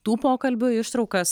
tų pokalbių ištraukas